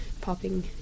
popping